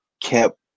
kept